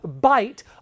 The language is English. bite